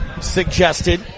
suggested